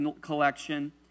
collection